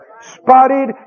Spotted